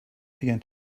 began